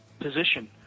position